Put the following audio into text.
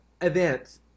events